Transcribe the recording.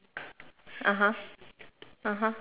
(uh huh) (uh huh)